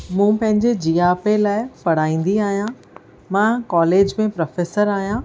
मूं पंहिंजे जियापे लाइ पढ़ाईंदी आहियां मां कॉलेज में प्रोफेसर आहियां